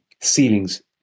ceilings